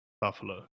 buffalo